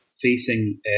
facing